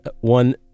one